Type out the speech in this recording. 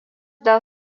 dėl